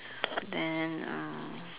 then uh